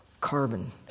carbon